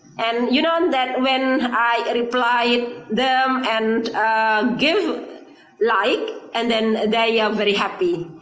and you know that when i reply them and give like and then they yeah are very happy.